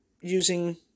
using